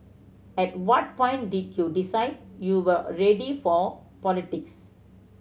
at what point did you decide you were ready for politics